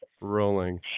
rolling